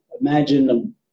imagine